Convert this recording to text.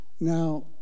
Now